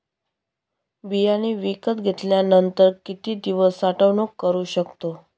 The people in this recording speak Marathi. बियाणे विकत घेतल्यानंतर किती दिवस साठवणूक करू शकतो?